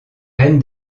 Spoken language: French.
reine